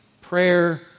prayer